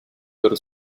loro